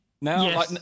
now